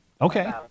Okay